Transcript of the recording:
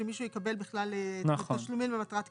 שמישהו יקבל בכלל תשלומים למטרת קיום.